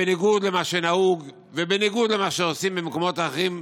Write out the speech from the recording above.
בניגוד למה שנהוג ובניגוד למה שעושים במקומות אחרים,